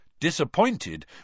Disappointed